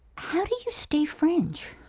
how do you stay french?